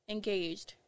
engaged